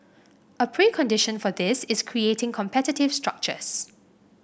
a precondition for this is creating competitive structures